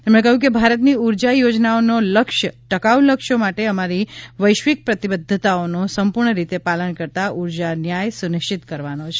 તેમણે કહ્યું કે ભારતની ઉર્જા યોજનાઓનો લક્ય્મ ટકાઉ લક્યોશ્ માટે અમારી વૈશ્વિક પ્રતિબધ્ધતાઓનો સંપૂર્ણ રીતે પાલન કરતા ઉર્જા ન્યાય સુનિશ્ચિત કરવાનો છે